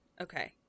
Okay